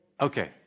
Okay